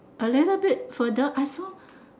a little bit further I saw